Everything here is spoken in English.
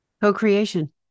Co-creation